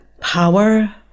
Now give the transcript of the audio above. power